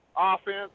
offense